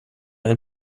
ein